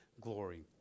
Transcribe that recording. glory